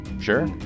Sure